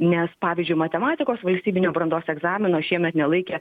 nes pavyzdžiui matematikos valstybinio brandos egzamino šiemet nelaikė